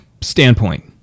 standpoint